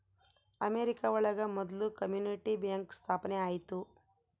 America ಒಳಗ ಮೊದ್ಲು community bank ಸ್ಥಾಪನೆ ಆಯ್ತು